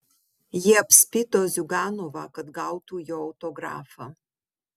jie apspito ziuganovą kad gautų jo autografą